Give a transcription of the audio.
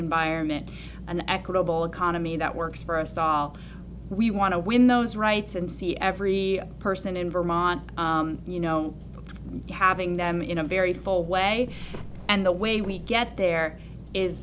environment an equitable economy that works for us all we want to win those rights and see every person in vermont you know having them in a very full way and the way we get there is